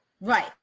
Right